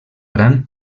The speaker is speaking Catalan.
gran